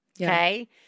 Okay